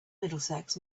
middlesex